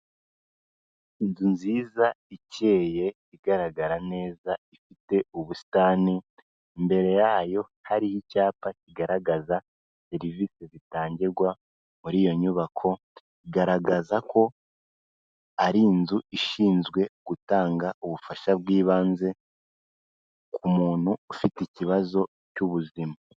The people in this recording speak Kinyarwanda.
Inzu nziza ikeye igaragara neza ifite ubusitani, imbere yayo hari icyapa kigaragaza serivisi zitangirwa muri iyo nyubako, igaragaza ko ari inzu ishinzwe gutanga ubufasha bw'ibanze ku muntu ufite ikibazo cy'ubuzima.